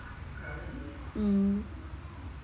mm